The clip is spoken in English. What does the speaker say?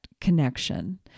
connection